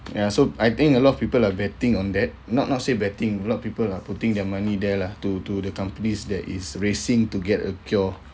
ya so I think a lot of people are betting on that not not say betting a lot people are putting their money there lah to to the companies that is racing to get a cure